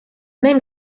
men